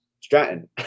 Stratton